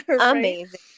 Amazing